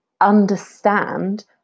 understand